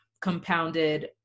compounded